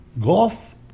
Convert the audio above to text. golf